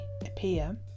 appear